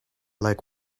like